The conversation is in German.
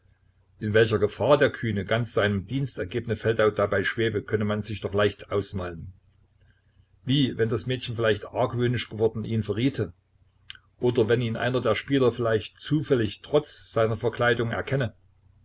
in welcher gefahr der kühne ganz seinem dienst ergebene feldau dabei schwebe könne man sich doch leicht ausmalen wie wenn das mädchen vielleicht argwöhnisch geworden ihn verriete oder wenn ihn einer der spieler vielleicht zufällig trotz seiner verkleidung erkenne